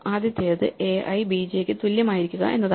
ആദ്യത്തേത്ai b j യ്ക്ക് തുല്യമായിരിക്കുക എന്നതാണ്